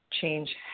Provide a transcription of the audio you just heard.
change